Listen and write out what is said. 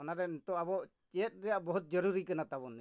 ᱚᱱᱟᱨᱮ ᱱᱤᱛᱚᱜ ᱟᱵᱚ ᱪᱮᱫ ᱨᱮᱭᱟᱜ ᱵᱚᱦᱩᱛ ᱡᱟᱹᱨᱩᱲᱤ ᱠᱟᱱᱟ ᱛᱟᱵᱚᱱ ᱱᱤᱛᱚᱝ